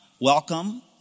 Welcome